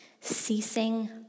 ceasing